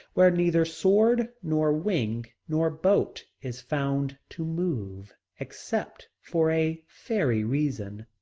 where neither sword nor wing nor boat is found to move, except for a fairy reason.